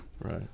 Right